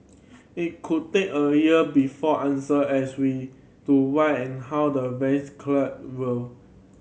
it could take a year before answer as we to why and how the once collided will